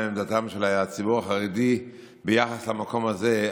מה עמדתו של הציבור החרדי ביחס למקום הזה.